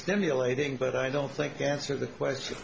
stimulating but i don't think that answer the question